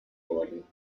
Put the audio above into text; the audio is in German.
wurden